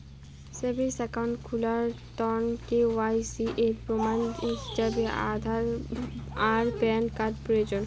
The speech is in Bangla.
সেভিংস অ্যাকাউন্ট খুলার তন্ন কে.ওয়াই.সি এর প্রমাণ হিছাবে আধার আর প্যান কার্ড প্রয়োজন